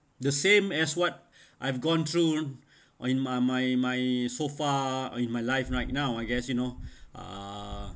the same as what I've gone through on my my my so far in my life right now I guess you know uh